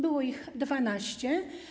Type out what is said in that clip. Było ich 12.